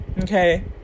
Okay